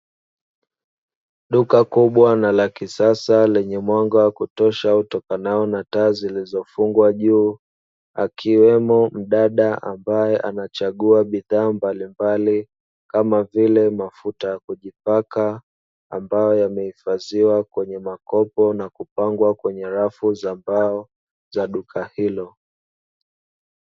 Duka kubwa na la kisasa lenye mwanga wa kutosha utokanao na taa zilizofungwa juu. Akiwemo mdada ambaye anachagua bidhaa mbalimbali kama vile mafuta ya kujipaka ambayo yamehifadhiwa kwenye makopo na kupangwa kwenye rafu za mbao za duka hilo.